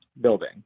building